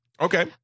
Okay